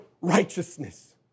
righteousness